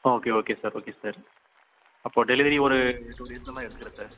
okay okay sir okay sir அப்போ delivery ஒரு two டேஸில் அந்தமாதிரி எடுத்துக்குறேன் சார்